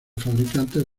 fabricantes